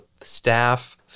staff